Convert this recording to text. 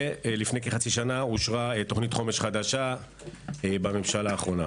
ולפני כחצי שנה אושרה תוכנית חומש חדשה בממשלה האחרונה.